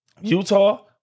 Utah